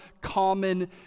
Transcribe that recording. common